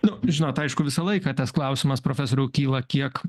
nu žinot aišku visą laiką tas klausimas profesoriau kyla kiek